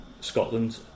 Scotland